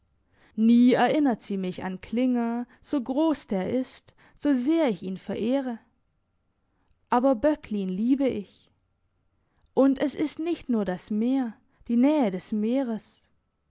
nie erinnert sie mich an klinger so gross der ist so sehr ich ihn verehre aber böcklin liebe ich und es ist nicht nur das meer die nähe des meeres